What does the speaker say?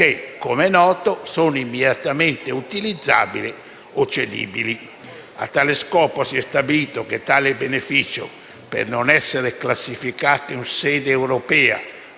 che, come è noto, sono immediatamente utilizzabili o cedibili. A tale scopo si è stabilito che questo beneficio, per non essere classificato in sede europea